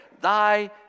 thy